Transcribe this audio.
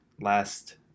last